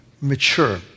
mature